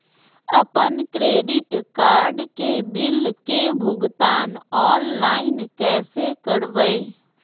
अपन credit card के bill के भुगतान ऑनलाइन कैसे करबैय?